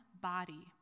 body